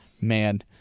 man